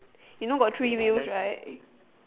you know got three wheels right